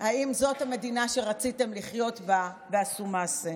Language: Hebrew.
אם זו המדינה שרציתם לחיות בה ועשו מעשה.